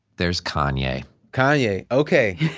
there's kanye kanye, okay.